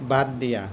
বাদ দিয়া